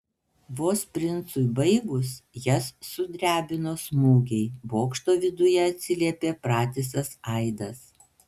vos princui baigus jas sudrebino smūgiai bokšto viduje atsiliepė pratisas aidas